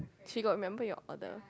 she got remember your order